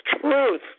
truth